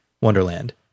wonderland